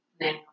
now